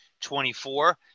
24